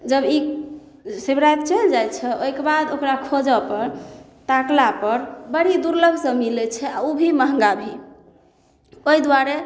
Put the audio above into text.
लेकिन जब ई शिबराइत चलि जाइ छै ओहिके बाद ओकरा खोजऽ पर ताकला पर बड़ी दुर्लभसँ मिलै छै आ ओ भी महङ्गा भी ओहि दुआरे